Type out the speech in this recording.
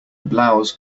blouse